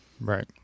Right